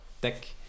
deck